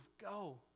go